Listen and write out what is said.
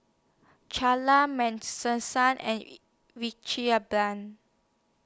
Charla Maddison and